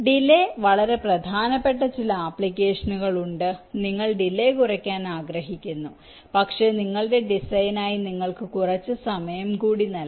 delay വളരെ പ്രധാനപ്പെട്ട ചില ആപ്ലിക്കേഷനുകൾ ഉണ്ട് നിങ്ങൾ ഡിലെ കുറയ്ക്കാൻ ആഗ്രഹിക്കുന്നു പക്ഷേ നിങ്ങളുടെ ഡിസൈനിനായി നിങ്ങൾക്ക് കുറച്ച് സമയം കൂടി നൽകാം